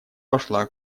пошла